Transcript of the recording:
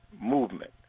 movement